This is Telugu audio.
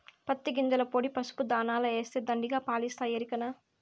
పత్తి గింజల పొడి పసుపు దాణాల ఏస్తే దండిగా పాలిస్తాయి ఎరికనా